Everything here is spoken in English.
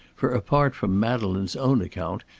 for, apart from madeleine's own account,